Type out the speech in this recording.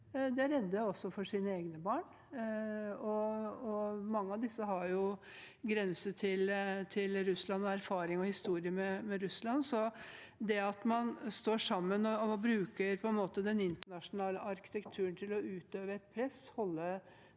er redde også for sine egne barn, og mange av disse har grense til Russland og erfaringer og en historie med Russland. Det at man står sammen og bruker den internasjonale arkitekturen til å utøve et press